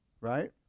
Right